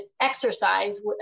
exercise